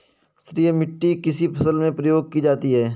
क्षारीय मिट्टी किस फसल में प्रयोग की जाती है?